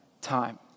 time